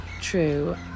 true